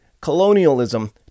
colonialism